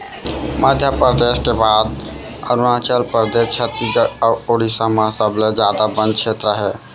मध्यपरेदस के बाद अरूनाचल परदेस, छत्तीसगढ़ अउ उड़ीसा म सबले जादा बन छेत्र हे